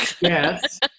Yes